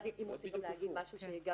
ואז אם רוצים גם להגיד משהו שגם